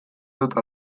dut